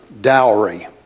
dowry